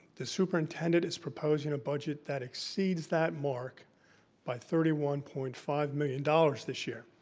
the superintendent is proposing a budget that exceeds that mark by thirty one point five million dollars this year.